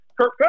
Kirk